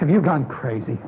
have you gone crazy